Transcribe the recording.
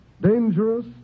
dangerous